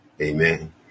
Amen